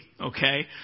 okay